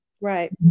Right